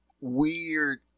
weird